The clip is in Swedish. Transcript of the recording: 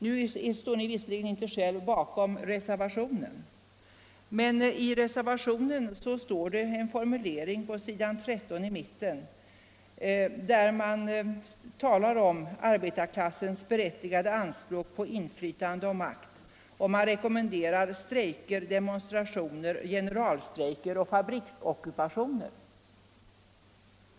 Ni står visserligen inte själv bakom reservationen, men i den finns en formulering, på s. 13 i mitten, där man talar om arbetarklassens berättigade anspråk på inflytande och makt. Man rekommenderar strejker, demonstrationer, generalstrejker och fabriksockupationer.